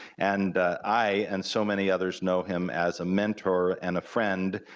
and i and so many others know him as a mentor and a friend,